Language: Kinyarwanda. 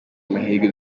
amahirwe